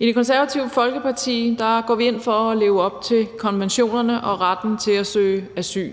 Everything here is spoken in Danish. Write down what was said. I Det Konservative Folkeparti går vi ind for at leve op til konventionerne og retten til at søge asyl.